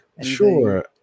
Sure